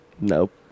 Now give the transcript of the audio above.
Nope